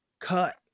cut